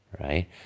right